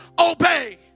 obey